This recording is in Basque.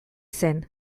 zen